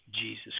Jesus